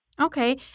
Okay